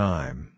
Time